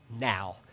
now